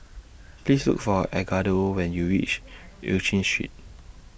Please Look For Edgardo when YOU REACH EU Chin Street